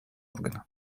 органа